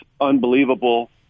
unbelievable